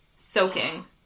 soaking